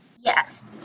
Yes